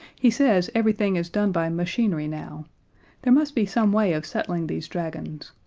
he says everything is done by machinery now there must be some way of settling these dragons.